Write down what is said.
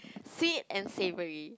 sweet and savoury